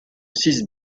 six